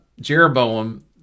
jeroboam